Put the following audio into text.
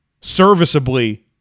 serviceably